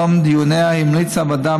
בתום דיוניה המליצה הוועדה,